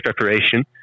preparation